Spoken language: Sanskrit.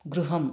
गृहम्